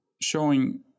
showing